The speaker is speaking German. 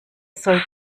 soll